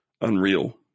unreal